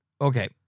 okay